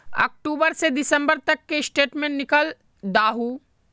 अक्टूबर से दिसंबर तक की स्टेटमेंट निकल दाहू?